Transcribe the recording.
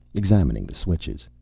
examining the switches.